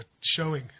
showing